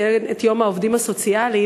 שציין את יום העובדים הסוציאליים,